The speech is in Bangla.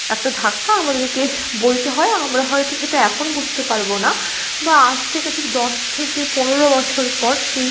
একটা ধাক্কা আমাদেরকে বইতে হয় আমরা হয়তো সেটা এখন বুঝতে পারবো না বা আজ থেকে ঠিক দশ থেকে পনেরো বছর পর সেই